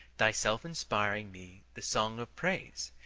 thyself inspiring me, the song of praise.